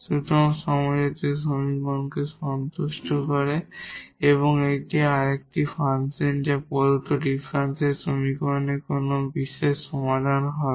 সুতরাং হোমোজিনিয়াস সমীকরণকে সন্তুষ্ট করে এবং এটি আরেকটি ফাংশন যা প্রদত্ত ডিফারেনশিয়াল সমীকরণের কোন বিশেষ সমাধান হবে